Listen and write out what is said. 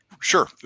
Sure